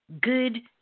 good